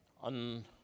On